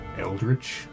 eldritch